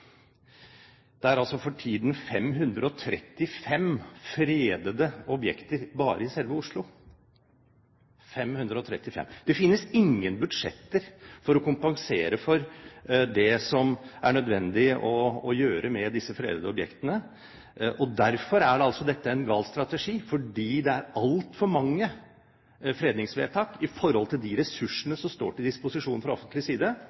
Det er for tiden 535 fredede objekter bare i selve Oslo – 535. Det finnes ingen budsjetter for å kompensere for det som er nødvendig å gjøre med disse fredede objektene. Dette er altså en gal strategi, fordi det er altfor mange fredningsvedtak i forhold til de ressursene som står til disposisjon fra det offentliges side